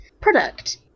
product